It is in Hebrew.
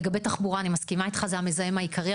לגבי תחבורה, אני מסכימה איתך, זה המזהם העיקרי.